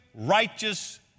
righteous